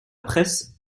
presse